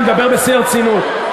אני מדבר בשיא הרצינות,